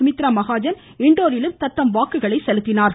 சுமித்ரா மகாஜன் இண்டோரிலும் தத்தம் வாக்குகளை செலுத்தினார்கள்